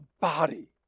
body